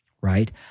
right